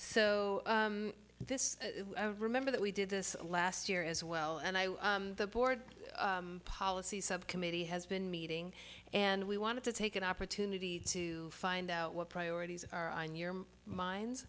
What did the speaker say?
this remember that we did this last year as well and i the board policy subcommittee has been meeting and we wanted to take an opportunity to find out what priorities are on your mind